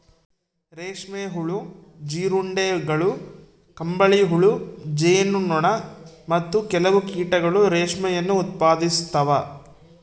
ರೇಷ್ಮೆ ಹುಳು, ಜೀರುಂಡೆಗಳು, ಕಂಬಳಿಹುಳು, ಜೇನು ನೊಣ, ಮತ್ತು ಕೆಲವು ಕೀಟಗಳು ರೇಷ್ಮೆಯನ್ನು ಉತ್ಪಾದಿಸ್ತವ